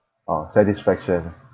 orh satisfaction